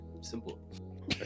Simple